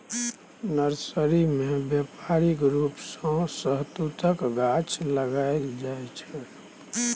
nursery मे बेपारिक रुप सँ शहतुतक गाछ लगाएल जाइ छै